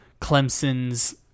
Clemson's